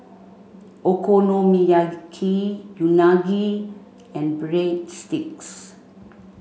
Okonomiyaki Unagi and Breadsticks